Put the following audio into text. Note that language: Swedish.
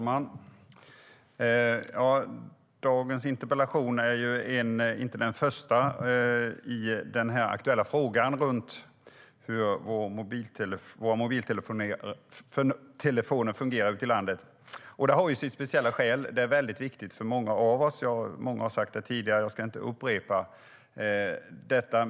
Fru talman! Dagens interpellation är inte den första i den här aktuella frågan om hur mobiltelefonerna fungerar ute i landet. Det har sitt speciella skäl. Det är väldigt viktigt för oss. Många har sagt det tidigare, så jag ska inte upprepa det.